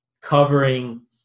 covering